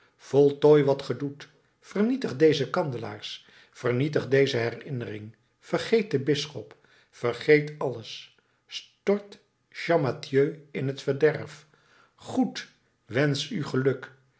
voltooi wat ge doet vernietig deze kandelaars vernietig deze herinnering vergeet den bisschop vergeet alles stort champmathieu in t verderf goed wensch u geluk